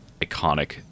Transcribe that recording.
iconic